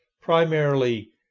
primarily